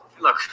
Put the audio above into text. Look